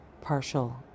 partial